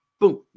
boom